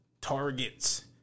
targets